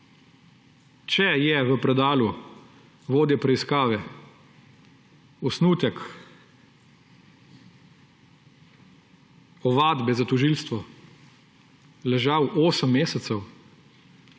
Če je v predalu vodje preiskave osnutek ovadbe za tožilstvo ležal 8 mesecev,